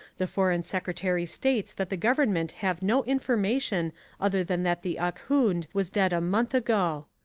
the foreign secretary states that the government have no information other than that the ahkoond was dead a month ago.